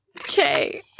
Okay